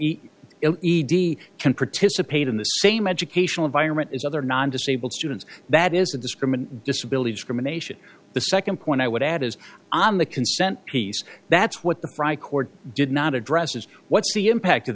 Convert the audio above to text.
eat e d can participate in the same educational environment as other non disabled students that is a discriminate disability discrimination the second point i would add is on the consent piece that's what the court did not address is what's the impact of